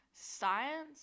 science